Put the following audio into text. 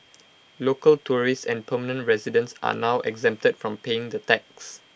local tourists and permanent residents are now exempted from paying the tax